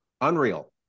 Unreal